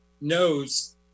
knows